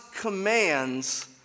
commands